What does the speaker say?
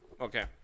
Okay